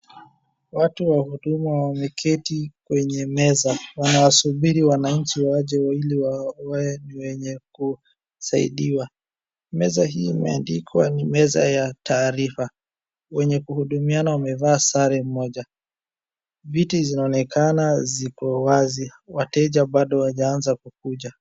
watu wahuduma wameketi kwenye meza, wanawasubiri wananchi waje wale wenye kusadiwa. Meza hii imeandikwa ni meza ya taarifa. Wenye kuhudumiana wamevaa sare moja. Viti zinaonekana ziko wazi, wateja bado wajaanza kukuja.